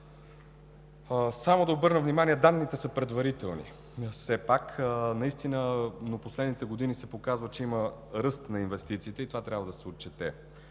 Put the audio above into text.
само да обърна внимание, че данните са предварителни. През последните години се показва, че има ръст на инвестициите и това трябва да се отчете.